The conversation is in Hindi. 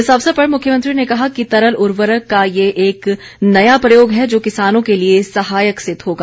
इस अवसर पर मुख्यमंत्री ने कहा कि तरल उर्वरक का ये एक नया प्रयोग है जो किसानों के लिए सहायक सिद्व होगा